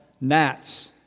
gnats